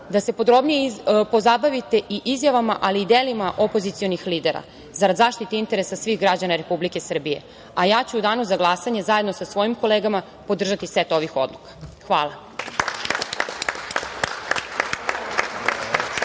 da se podrobnije pozabavite i izjavama, ali i delima opozicionih lidera zarad zaštite interesa svih građana Republike Srbije, a ja ću u danu za glasanje zajedno sa svojim kolegama podržati set ovih odluka. Hvala.